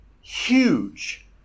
huge